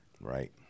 Right